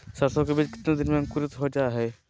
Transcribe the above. सरसो के बीज कितने दिन में अंकुरीत हो जा हाय?